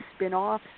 spinoffs